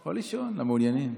או לישון, למעוניינים.